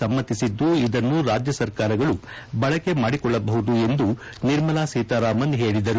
ಸಮ್ಮಿಸಿದ್ದು ಇದನ್ನು ರಾಜ್ಯ ಸರ್ಕಾರಗಳು ಬಳಕೆ ಮಾಡಿಕೊಳ್ಳಬಹುದು ಎಂದು ನಿರ್ಮಲಾ ಸೀತಾರಾಮನ್ ಹೇಳಿದರು